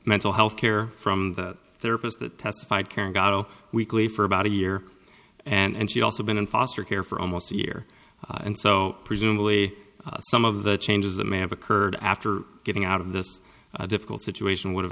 mental health care from the therapist that testified caring gado weekly for about a year and she also been in foster care for almost a year and so presumably some of the changes that may have occurred after getting out of this difficult situation would have